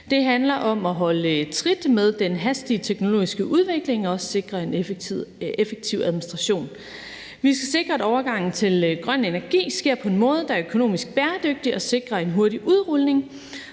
Det handler om at holde trit med den hastige teknologiske udvikling og sikre en effektiv administration. Vi skal sikre, at overgangen til grøn energi sker på en måde, der er økonomisk bæredygtig, og sikre en hurtig udrulning.